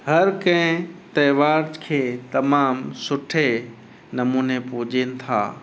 हर कंहिं त्योहार खे तमामु सुठे नमूने पूॼनि था